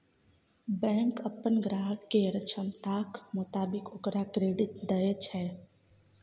bank अप्पन ग्राहक केर क्षमताक मोताबिक ओकरा क्रेडिट दय छै